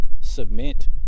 submit